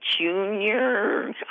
junior